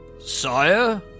Sire